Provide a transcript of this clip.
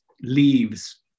leaves